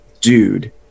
dude